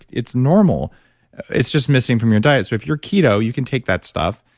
it's normal it's just missing from your diet. so, if you're keto, you can take that stuff.